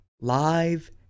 live